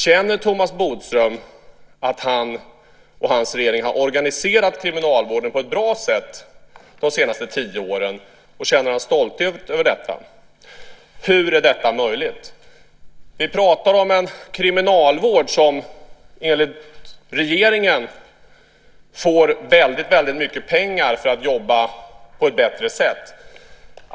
Känner Thomas Bodström att han och hans regering har organiserat kriminalvården på ett bra sätt de senaste tio åren? Känner han stolthet över detta? Hur är detta möjligt? Vi pratar om en kriminalvård som enligt regeringen får väldigt mycket pengar för att jobba på ett bättre sätt.